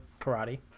karate